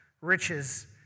riches